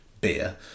beer